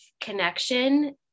connection